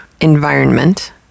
environment